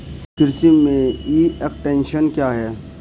कृषि में e extension क्या है?